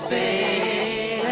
a